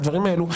הדברים האלו,